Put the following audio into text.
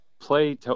play